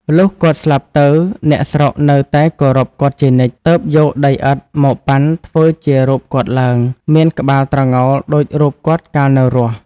លុះគាត់ស្លាប់ទៅ អ្នកស្រុកនៅតែគោរពគាត់ជានិច្ច ទើបយកដីឥដ្ឋមកប៉ាន់ធ្វើជារូបគាត់ឡើង មានក្បាលត្រងោលដូចរូបគាត់កាលនៅរស់។